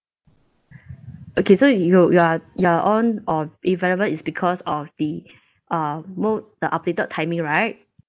okay so you you're you're on or irrelevant is because of the uh mo~ the updated timing right